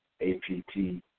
A-P-T